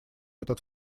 этот